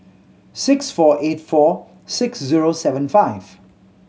six four eight four six zero seven five